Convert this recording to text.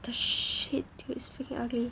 the shade dude it's freaking ugly